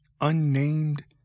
unnamed